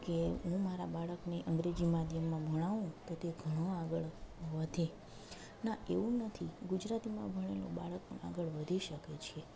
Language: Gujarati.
કે હું મારા બાળકને અંગ્રેજી માધ્યમમાં ભણાવું તો તે ઘણો આગળ વધેના એવું નથી ગુજરાતીમાં ભણેલો બાળક આગળ વધી શકે છે